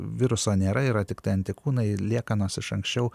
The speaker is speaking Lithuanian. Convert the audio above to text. viruso nėra yra tiktai antikūnai liekanos iš anksčiau